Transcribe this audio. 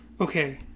Okay